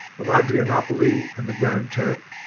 of adrianopoli and the grand turk,